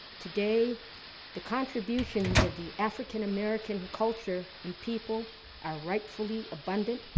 today the contributions of the african-american culture and people are rightfully abundant,